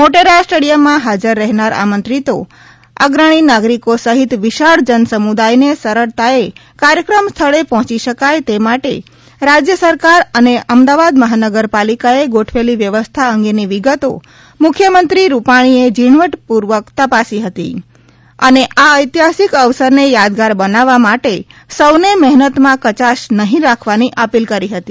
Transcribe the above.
મોટેરા સ્ટેડિયમમાં હાજર રહેનાર આમંત્રિતો અગ્રણી નાગરિકો સહિત વિશાળ જનસમુદાયને સરળતાએ કાર્યક્રમ સ્થળે પહોયી શકાય તે માટે રાજ્ય સરકાર અને અમદાવાદ મહાનગરપાલિકાએ ગોઠવેલી વ્યવસ્થા અંગેની વિગતો મુખ્યમંત્રી રૂપાણીએ ઝીણવટપૂર્વક તપાસી હતી અને આ ઐતિહાસિક અવસરને યાદગાર બનાવવા માટે સૌને મહેનતમાં કયાશ નહીં રાખવાની અપીલ કરી હતી